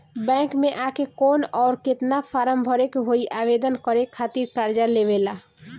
Bank मे आ के कौन और केतना फारम भरे के होयी आवेदन करे के खातिर कर्जा लेवे ला?